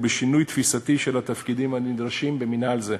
ובשינוי תפיסתי של התפקידים הנדרשים במינהל זה.